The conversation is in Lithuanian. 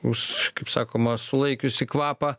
už kaip sakoma sulaikiusi kvapą